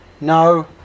No